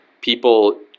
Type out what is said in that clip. people